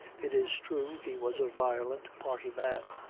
it is true he was a violent party man,